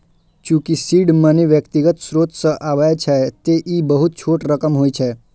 चूंकि seed money व्यक्तिगत स्रोत सं आबै छै, तें ई बहुत छोट रकम होइ छै